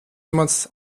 jemand